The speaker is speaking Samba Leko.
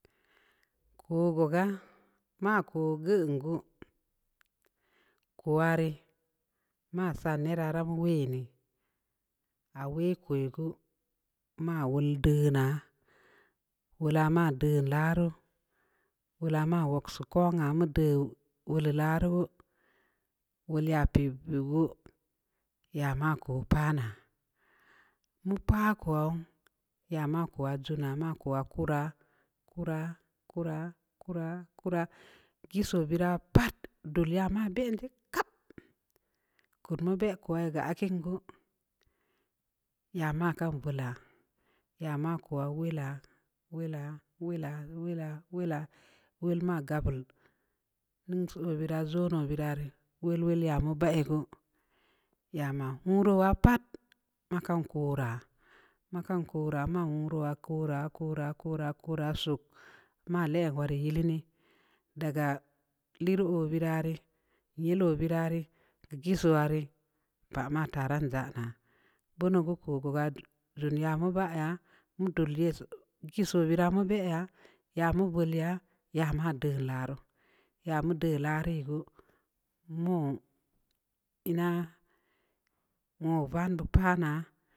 Ko koga'a mako guungu kowarə ma cha nə rəra bwunii awə kwa gu ma wul də na'a wula ma də larrə wula ma waksuko mamudə wu lə larrə wulə ya pii pigue ya maku pa'ana mu pə ku ya ma kuraku ya ma ku jur'a-kura-kura-kura- gue so bəra pat duləya ma bəndə kap kunu bə ka akingwe ya kmakan gula ya makuwa wəla-wəla-wəla-wəla-wəla wəl ma ga balə nunso nu vəra zonu vərarə wilwilə ya mu baigue iya ma huruwa pat wakanku ra-makankura-manwuruwa-kura-kura-kura-kura su malə wa warə nii daga lə rəgue wərarə ləlo wəra rə rjiesu anə pama taran ndzana'a bunugae kue rə rənə umba a untul le so kie so vera mu bə ya'a mungue le ja'a madə lara yamu də la rə hu mu ii na ma vandə pa'ana.